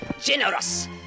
Generous